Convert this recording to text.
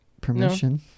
permission